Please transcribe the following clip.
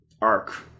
arc